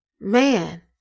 Man